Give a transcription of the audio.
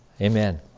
Amen